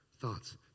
thoughts